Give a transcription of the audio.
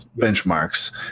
benchmarks